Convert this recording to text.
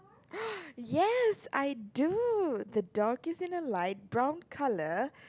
yes I do the dog is in a light brown colour